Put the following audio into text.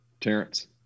Terrence